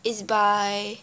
is by